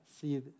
see